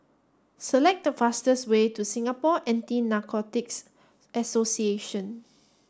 select the fastest way to Singapore Anti Narcotics Association